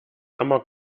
amok